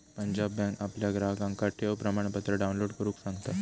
Punjab bank आपल्या ग्राहकांका ठेव प्रमाणपत्र डाउनलोड करुक सांगता